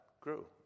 grew